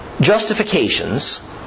justifications